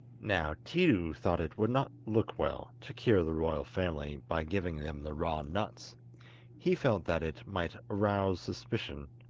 now tiidu thought it would not look well to cure the royal family by giving them the raw nuts he felt that it might arouse suspicion.